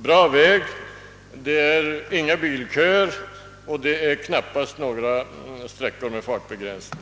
bra, det förekommer inga bilköer och det finns knappast några sträckor med fartbegränsning.